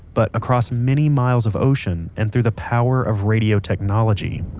but across many miles of ocean and through the power of radio technology